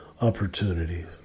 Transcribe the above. opportunities